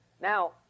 now